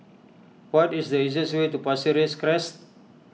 what is the easiest way to Pasir Ris Crest